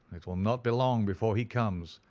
it will not be long before he comes.